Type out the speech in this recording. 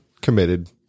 committed